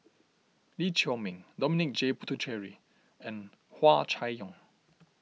Lee Chiaw Meng Dominic J Puthucheary and Hua Chai Yong